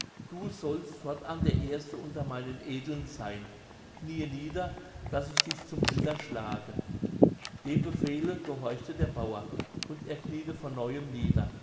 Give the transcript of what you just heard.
du sollst fortan der erste unter meinen edlen sein kniee nieder daß ich dich zum ritter schlage dem befehle gehorchte der bauer und er kniete von neuem nieder